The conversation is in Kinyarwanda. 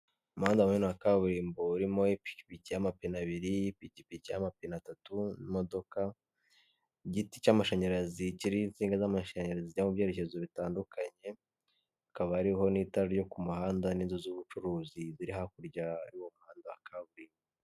Umuhanda munini wa kaburimbo urimo ipikipiki y'amapine abiri, ipikipiki y'amapine atatu, imodoka, igiti cy'amashanyarazi kiriho insinga z'amashanyarazi zijya mu byerekezo bitandukanye, hakaba hariho n'itara ryo ku muhanda, n'inzu z'ubucuruzi ziri hakurya yuwo muhanda wa kaburimbo.